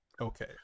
Okay